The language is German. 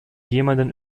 jemandem